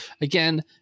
Again